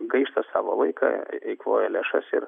gaišta savo laiką eikvoja lėšas ir